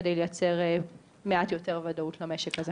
כדי לייצר מעט יותר וודאות למשק הזה.